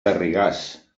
garrigàs